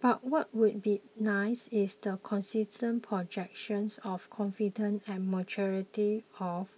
but what would be nice is the consistent projection of confidence and maturity of